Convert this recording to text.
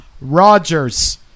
rogers